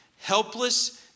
helpless